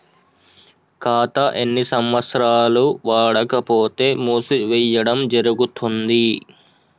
ఖాతా ఎన్ని సంవత్సరాలు వాడకపోతే మూసివేయడం జరుగుతుంది?